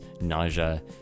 nausea